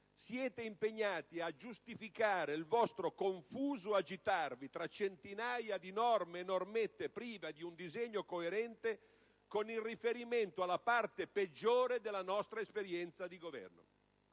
siete impegnati a giustificare il vostro confuso agitarvi tra centinaia di norme e normette prive di un disegno coerente con il riferimento alla parte peggiore della nostra esperienza di governo.